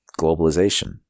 globalization